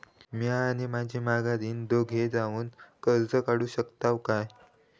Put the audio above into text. म्या आणि माझी माघारीन दोघे जावून कर्ज काढू शकताव काय?